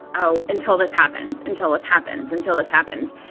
oh, until this happens, until this happens, until this happens.